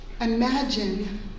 Imagine